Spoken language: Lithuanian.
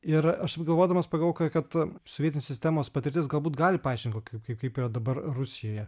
ir aš taip galvodamas pagavau kad sovietinės sistemos patirtis galbūt gali paaiškint kokį kaip yra dabar rusijoje